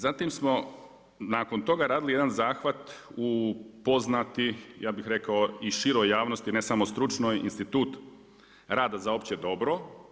Zatim smo nakon toga radili jedan zahvat u poznati, ja bih rekao i široj javnosti ne samo stručnoj institut rada za opće dobro.